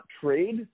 trade